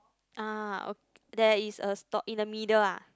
ah ok~ there is a stop in the middle ah